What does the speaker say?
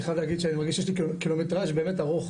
אני חייב להגיד שאני מרגיש שיש לי קילומטרז' באמת ארוך